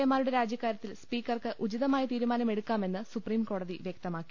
A മാരുടെ രാജിക്കാര്യ ത്തിൽ സ്പീക്കർക്ക് ഉചിതമായ തീരുമാനമെടുക്കാമെന്ന് സൂപ്രീം കോടതി വ്യക്തമാക്കി